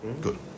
Good